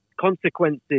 consequences